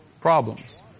Problems